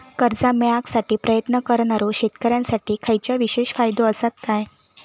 कर्जा मेळाकसाठी प्रयत्न करणारो शेतकऱ्यांसाठी खयच्या विशेष फायदो असात काय?